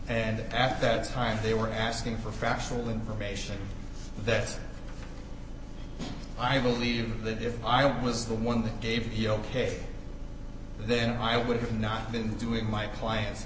and after that time they were asking for factual information that i believe that if i was the one that gave the ok then i would have not been doing my client